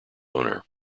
owner